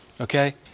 Okay